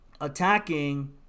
attacking